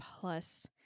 plus